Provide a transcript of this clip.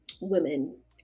women